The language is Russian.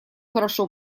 хорошо